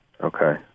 Okay